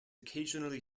occasionally